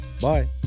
bye